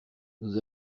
nous